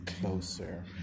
closer